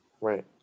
right